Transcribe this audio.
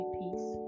peace